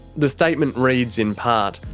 the statement reads in part,